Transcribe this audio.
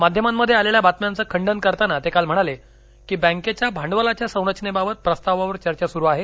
माध्यमांमध्ये आलेल्या बातम्यांचं खंडन करताना ते काल म्हणाले की बँकेच्या भांडवलाच्या संरचनेबाबत प्रस्तावावर चर्चा सुरू आहे